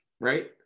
right